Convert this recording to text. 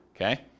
Okay